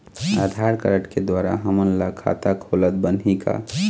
आधार card के द्वारा हमन ला खाता खोलत बनही का?